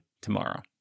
tomorrow